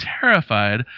terrified